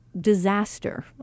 disaster